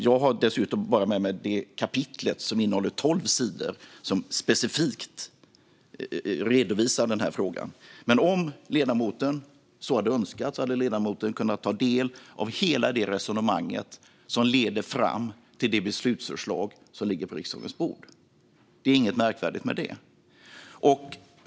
Jag har dessutom bara med mig det kapitel som innehåller tolv sidor som specifikt redovisar den här frågan. Om ledamoten så hade önskat hade han kunnat ta del av hela det resonemang som leder fram till det beslutsförslag som ligger på riksdagens bord. Det är inget märkvärdigt med detta.